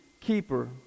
keeper